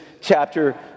chapter